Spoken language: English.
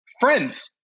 friends